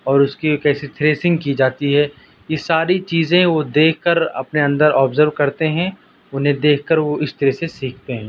اور اس کی کیسے تھریشنگ کی جاتی ہے یہ ساری چیزیں وہ دیکھ کر اپنے اندر آبزرو کرتے ہیں انہیں دیکھ کر وہ اس طرح سے سیکھتے ہیں